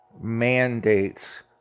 mandates